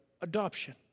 adoption